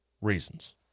reasons